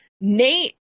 Nate